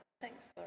Thanks